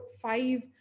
five